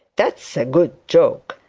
that's a good joke.